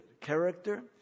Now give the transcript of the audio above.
character